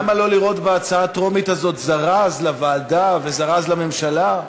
למה לא לראות בהצעה הטרומית הזאת זרז לוועדה וזרז לממשלה?